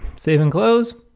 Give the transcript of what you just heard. save and close.